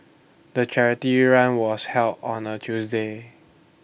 the charity run was held on A Tuesday